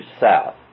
south